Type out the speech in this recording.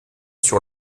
sur